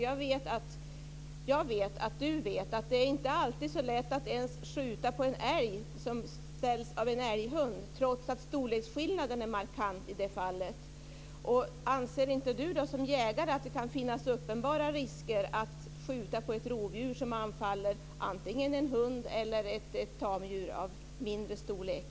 Jag vet att han vet att det inte alltid är så lätt att ens skjuta på en älg som ställs av en älghund, trots att storleksskillnaden är markant i det fallet. Anser inte Åke Sandström som jägare att det kan finnas uppenbara risker att skjuta på ett rovdjur som anfaller antingen en hund eller ett tamdjur av mindre storlek?